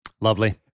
Lovely